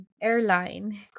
Airline